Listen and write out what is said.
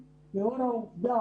בדיון ההוא למעשה,